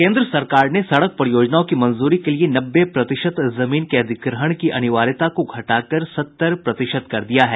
केन्द्र सरकार ने सड़क परियोजनाओं की मंजूरी के लिए नब्बे प्रतिशत जमीन के अधिग्रहण की अनिवार्यता को घटाकर सत्तर प्रतिशत कर दिया है